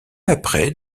après